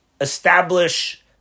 establish